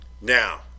Now